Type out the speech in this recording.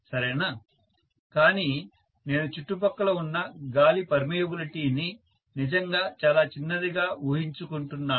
సరేనా కానీ నేను చుట్టుపక్కల ఉన్న గాలి పారగమ్యతపర్మియబిలిటీ ని నిజంగా చాలా చిన్నదిగా ఊహించుకుంటున్నాను